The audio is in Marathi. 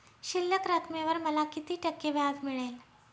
शिल्लक रकमेवर मला किती टक्के व्याज मिळेल?